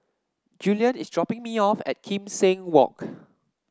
Juliann is dropping me off at Kim Seng Walk